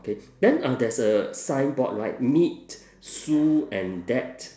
okay then uh there's a signboard right meet sue and dad